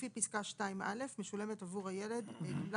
לפי פסקה 2א משולמת עבור הילד גמלה